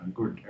Good